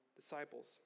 disciples